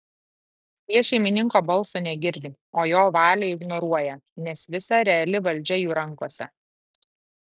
jie šeimininko balso negirdi o jo valią ignoruoja nes visa reali valdžia jų rankose